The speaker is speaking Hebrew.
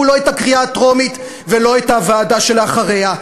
לא את הקריאה הטרומית ולא את הוועדה שאחריה,